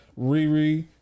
Riri